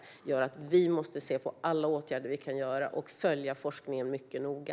Det gör att vi måste se på alla åtgärder vi kan vidta och följa forskningen mycket noga.